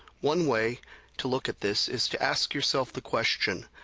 one way to look at this is to ask yourself the question,